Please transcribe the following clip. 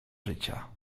życia